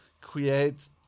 create